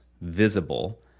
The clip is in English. visible